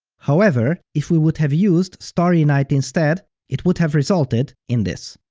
however, if we would have used starry night instead, it would have resulted in this.